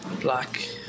black